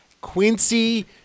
Quincy